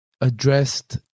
addressed